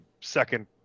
second